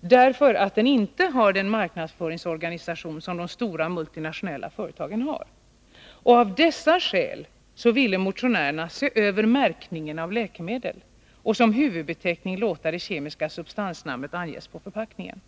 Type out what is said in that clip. därför att den inte har den marknadsföringsorganisation som de stora multinationella företagen har. Av detta skäl ville motionärerna se över märkningen av läkemedel och som huvudbeteckning låta det kemiska substansnamnet anges på förpackningen.